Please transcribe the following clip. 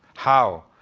how?